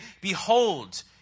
Behold